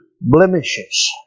blemishes